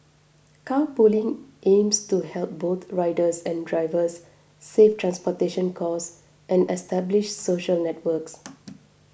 carpooling aims to help both riders and drivers save transportation costs and establish social networks